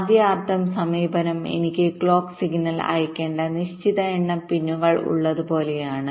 ആദ്യ അർത്ഥം സമീപനം എനിക്ക് ക്ലോക്ക് സിഗ്നൽ അയയ്ക്കേണ്ട നിശ്ചിത എണ്ണം പിന്നുകൾ ഉള്ളത് പോലെയാണ്